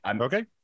Okay